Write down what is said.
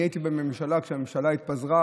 אני הייתי בממשלה כשהממשלה התפזרה,